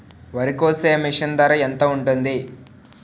వరి కోసే మిషన్ ధర ఎంత ఉంటుంది?